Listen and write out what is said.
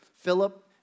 Philip